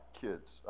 kids